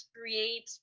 create